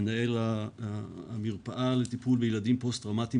מנהל המרפאה לטיפול בילדים פוסט טראומתיים